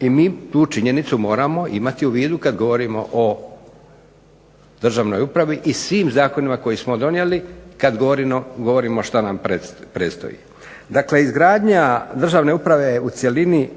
I mi tu činjenicu moramo imati u vidu kad govorimo o državnoj upravi i svim zakonima koje smo donijeli, kad govorimo šta nam predstoji. Dakle izgradnja državne uprave u cjelini